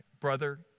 brother